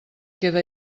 queda